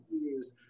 years